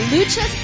Lucha